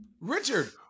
Richard